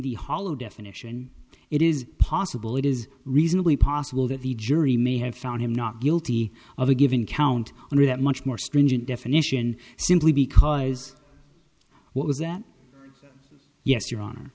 the hollow definition it is possible it is reasonably possible that the jury may have found him not guilty of a given count and are that much more stringent definition simply because what was that yes your honor